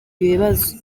ibibazo